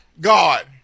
God